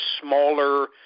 smaller